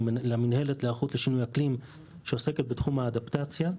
למינהלת להיערכות לשינויי האקלים שעוסקת בתחום אדפטציה,